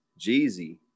Jeezy